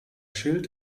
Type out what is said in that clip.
schild